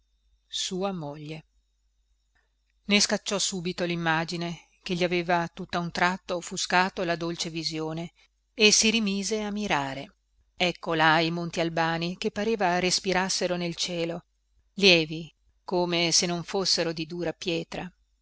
sua moglie ne scacciò subito limmagine che gli aveva tutta un tratto offuscato la dolce visione e si rimise a mirare ecco là i monti albani che pareva respirassero nel cielo lievi come se non fossero di dura pietra